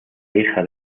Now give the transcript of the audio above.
hija